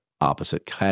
opposite